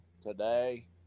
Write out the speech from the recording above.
today